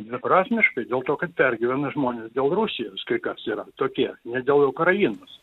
dviprasmiškai dėl to kad pergyvena žmonės dėl rusijos kas yra tokie ne dėl ukrainos